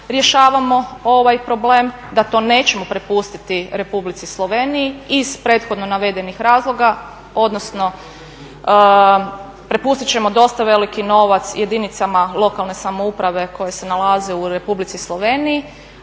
rješavamo ovaj problem, da to nećemo prepustiti Republici Sloveniji iz prethodno navedenih razloga, odnosno prepustit ćemo dosta veliki novac jedinicama lokalne samouprave koja se nalaze u Republici Sloveniji,